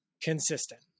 consistent